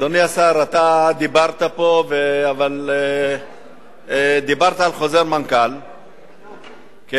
אדוני השר, אתה דיברת פה על חוזר מנכ"ל, כן,